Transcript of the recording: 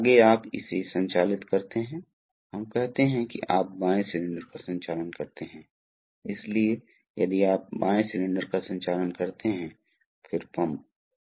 तो यह आप कर सकते हैं इसका उपयोग करके आप वितरित कर सकते हैं वॉल्यूम प्रवाह दर की गणना कर सकते हैं हम किसी भी चीज़ की गणना नहीं कर रहे हैं हम केवल ऑपरेशन को समझना चाहते हैं